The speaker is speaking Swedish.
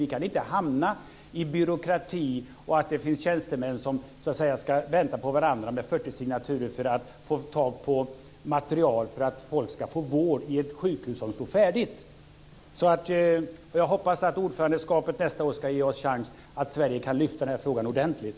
Vi kan inte hamna i byråkrati och i att det finns tjänstemän som ska vänta på varandra med 40 signaturer för att få tag på material för att folk ska få vård i ett sjukhus som står färdigt. Jag hoppas att ordförandeskapet nästa år ska ge oss chansen i Sverige att lyfta den här frågan ordentligt.